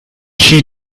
she